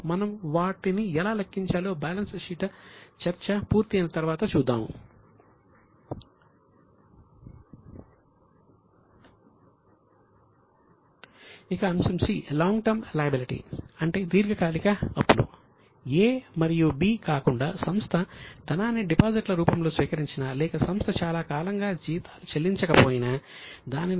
మనము వాటిని ఎలా లెక్కించాలో బ్యాలెన్స్ షీట్ చర్చ పూర్తి అయిన తరువాత చూద్దాము